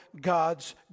God's